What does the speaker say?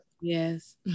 Yes